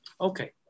Okay